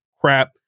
crap